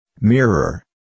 Mirror